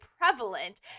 prevalent